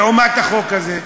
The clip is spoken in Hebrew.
לעומת החוק הזה?